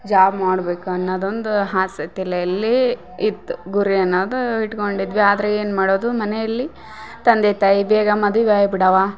job ಮಾಡ್ಬೇಕು ಅನ್ನದು ಒಂದು ಆಸೆ ತೆಲೇಯಲ್ಲಿ ಇತ್ತು ಗುರಿ ಅನ್ನಾದು ಇಟ್ಕೊಂಡಿದ್ವಿ ಆದರೆ ಏನು ಮಾಡೋದು ಮನೆಯಲ್ಲಿ ತಂದೆ ತಾಯಿ ಬೇಗ ಮದುವೆ ಆಯ್ ಬಿಡವ್ವ